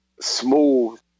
smooth